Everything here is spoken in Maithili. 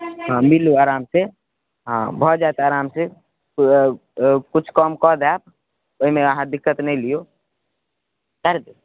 हँ मिलू आरामसँ हँ भऽ जायत आरामसँ किछु कम कऽ देब ओहिमे अहाँ दिक्कत नहि लियौ